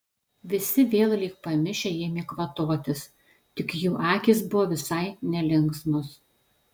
visi vėl lyg pamišę ėmė kvatotis tik jų akys buvo visai nelinksmos